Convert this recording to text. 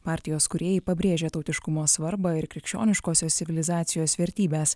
partijos kūrėjai pabrėžia tautiškumo svarbą ir krikščioniškosios civilizacijos vertybes